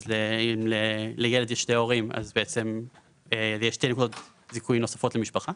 אז אם לילד יש שני הורים יהיו שתי נקודות זיכוי נוספות למשפחה.